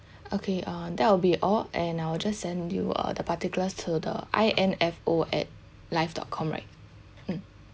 okay uh that will be all and I will just send you uh the particulars to the I N F O at live dot com right mm